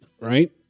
right